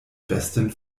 besten